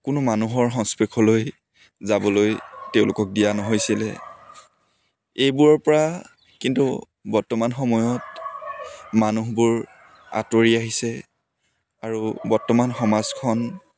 কোনো মানুহৰ সংস্পৰ্শলৈ যাবলৈ তেওঁলোকক দিয়া নহৈছিলে এইবোৰৰ পৰা কিন্তু বৰ্তমান সময়ত মানুহবোৰ আঁতৰি আহিছে আৰু বৰ্তমান সমাজখন